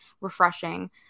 refreshing